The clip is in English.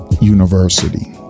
University